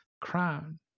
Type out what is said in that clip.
crown